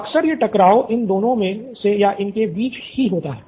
अक्सर ये टकराव इन दोनों मे से या इनके बीच ही होता है